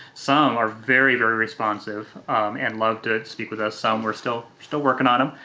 some are very, very responsive and love to speak with us. some we're still still working on them,